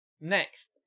Next